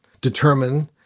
determine